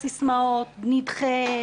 לסיסמאות: נדחה,